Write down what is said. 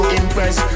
impress